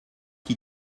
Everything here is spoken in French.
qui